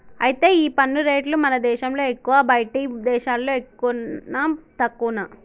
అయితే ఈ పన్ను రేట్లు మన దేశంలో ఎక్కువా బయటి దేశాల్లో ఎక్కువనా తక్కువనా